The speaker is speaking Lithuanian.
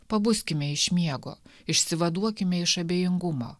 pabuskime iš miego išsivaduokime iš abejingumo